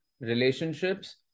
relationships